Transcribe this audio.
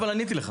כבר עניתי לך.